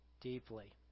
deeply